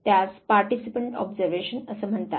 त्यास participant observation म्हणतात